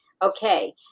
Okay